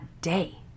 day